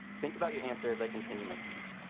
think about your answer as they continue my speech.